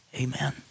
Amen